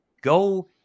Go